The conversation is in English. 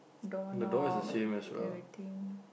doorknob everything